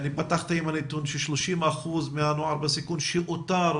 פתחתי עם הנתון ש-30% מהנוער בסיכון שאותר,